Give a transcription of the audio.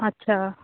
ਅੱਛਾ